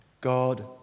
God